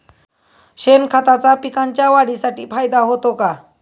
शेणखताचा पिकांच्या वाढीसाठी फायदा होतो का?